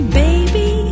baby